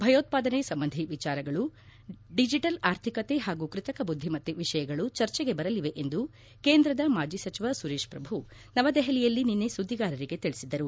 ಭಯೋತ್ವಾದನೆ ಸಂಬಂಧಿ ವಿಚಾರಗಳು ಡಿಜೆಟಲ್ ಆರ್ಥಿಕತೆ ಹಾಗೂ ಕೃತಕ ಬುದ್ದಿಮತ್ತೆ ವಿಷಯಗಳು ಚರ್ಚೆಗೆ ಬರಲಿವೆ ಎಂದು ಕೇಂದ್ರದ ಮಾಜಿ ಸಚಿವ ಸುರೇಶ್ ಪ್ರಭು ನವದೆಹಲಿಯಲ್ಲಿ ನಿನ್ನೆ ಸುದ್ದಿಗಾರರಿಗೆ ತಿಳಿಬದರು